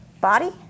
body